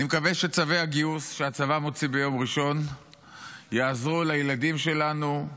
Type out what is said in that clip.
אני מקווה שצווי הגיוס שהצבא מוציא ביום ראשון יעזרו לילדים שלנו,